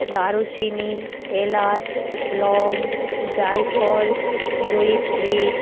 দারুচিনি এলাচ লং জায়ফল জয়িত্রী